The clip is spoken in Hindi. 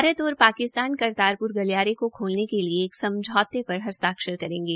भारत और पाकिस्तान गलियारे को खोलने के लिए एक समझौते पर हस्तक्षर करेंगे